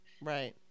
Right